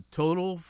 total